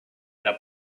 the